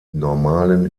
normalen